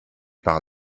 par